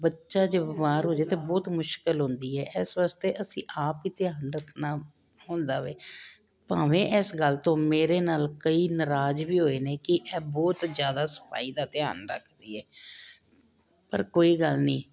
ਬੱਚਾ ਜੇ ਬਿਮਾਰ ਹੋ ਜਾਏ ਤਾਂ ਬਹੁਤ ਮੁਸ਼ਕਿਲ ਹੁੰਦੀ ਹੈ ਇਸ ਵਾਸਤੇ ਅਸੀਂ ਆਪ ਹੀ ਧਿਆਨ ਰੱਖਣਾ ਹੁੰਦਾ ਵੇ ਭਾਵੇਂ ਇਸ ਗੱਲ ਤੋਂ ਮੇਰੇ ਨਾਲ ਕਈ ਨਰਾਜ਼ ਵੀ ਹੋਏ ਨੇ ਕਿ ਇਹ ਬਹੁਤ ਜ਼ਿਆਦਾ ਸਫਾਈ ਦਾ ਧਿਆਨ ਰੱਖਦੀ ਹੈ ਪਰ ਕੋਈ ਗੱਲ ਨਹੀਂ